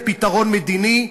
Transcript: לפתרון מדיני,